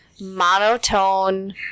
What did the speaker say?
monotone